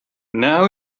now